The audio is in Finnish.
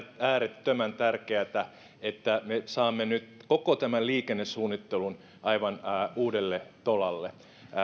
äärettömän tärkeätä että me saamme nyt koko tämän liikennesuunnittelun aivan uudelle tolalle